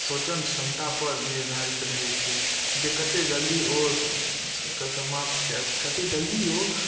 सोचन क्षमतापर निर्धारित रहै छै जे कते जल्दी ओ समाप्त कए कते जल्दी ओ